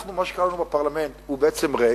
אנחנו, מה שקרה לנו בפרלמנט, שהוא בעצם ריק,